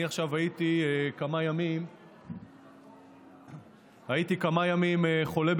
אני עכשיו הייתי חולה בקורונה כמה ימים,